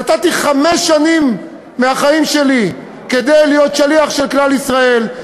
נתתי חמש שנים מהחיים שלי כדי להיות שליח של כלל ישראל.